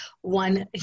one